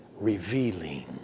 revealing